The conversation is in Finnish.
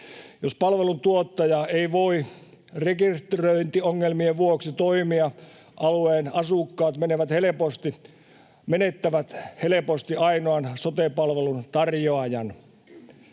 Jos palveluntuottaja ei voi rekisteröintiongelmien vuoksi toimia, alueen asukkaat menettävät helposti ainoan sote-palvelun tarjoajan.